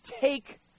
take